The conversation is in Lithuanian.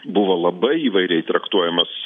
buvo labai įvairiai traktuojamas